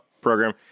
program